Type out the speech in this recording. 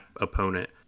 opponent